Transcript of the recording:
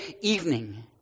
evening